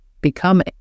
become